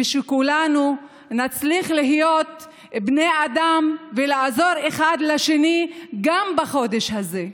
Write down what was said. ושכולנו נצליח להיות בני אדם ולעזור אחד לשני גם בחודש הזה,